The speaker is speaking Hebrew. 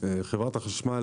חברת החשמל